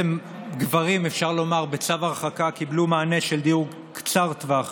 גברים בצו הרחקה קיבלו מענה של דיור קצר טווח